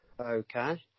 Okay